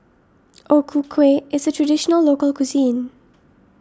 O Ku Kueh is a Traditional Local Cuisine